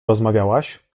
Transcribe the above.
rozmawiałaś